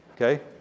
Okay